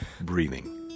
breathing